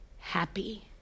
happy